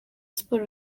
siporo